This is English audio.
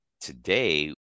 Today